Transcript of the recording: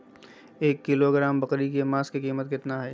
एक किलोग्राम बकरी के मांस का कीमत कितना है?